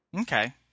Okay